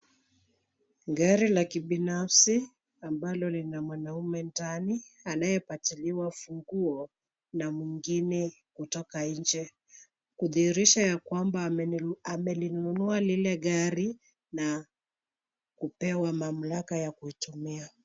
Gari la kibinafsi ambalo lina mwanaume ndani, anayepatiliwa funguo na mwengine kutoka nje, kudhirisha ya kwamba amelinunua lile gari na kupewa mamlaka ya kuitumia.